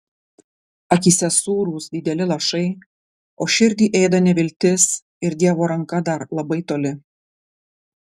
akyse sūrūs dideli lašai o širdį ėda neviltis ir dievo ranka dar labai toli